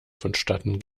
vonstatten